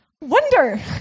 Wonder